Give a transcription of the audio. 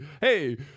Hey